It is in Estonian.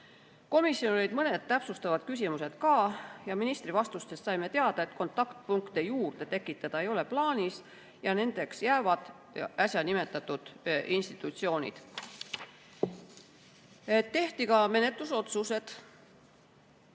Komisjonil olid mõned täpsustavad küsimused ka. Ministri vastustest saime teada, et kontaktpunkte juurde tekitada ei ole plaanis ja nendeks jäävad äsja nimetatud institutsioonid. Tehti ka menetlusotsused: